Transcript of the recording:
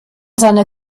seiner